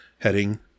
heading